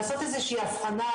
לעשות איזה שהיא הבחנה,